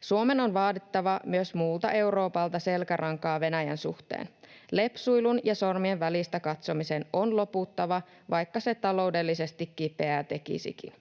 Suomen on vaadittava myös muulta Euroopalta selkärankaa Venäjän suhteen. Lepsuilun ja sormien välistä katsomisen on loputtava, vaikka se taloudellisesti kipeää tekisikin.